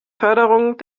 förderung